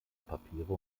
papiere